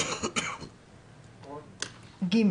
"(ג)